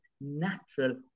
natural